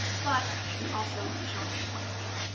but you're also showing your point of view.